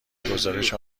گزارش